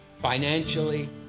Financially